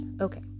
okay